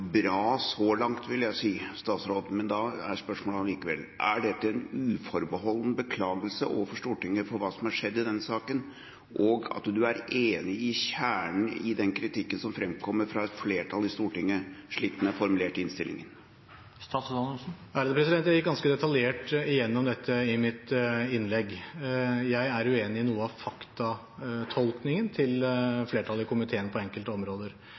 bra så langt, vil jeg si, men spørsmålet er likevel: Er dette en uforbeholden beklagelse overfor Stortinget for det som har skjedd i denne saken, og er han enig i kjernen i den kritikken som framkommer fra et flertall i Stortinget, slik den er formulert i innstillinga? Jeg gikk ganske detaljert igjennom dette i mitt innlegg. Jeg er uenig i noe av faktatolkningen til flertallet i komiteen på enkelte områder,